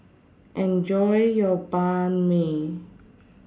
Enjoy your Banh MI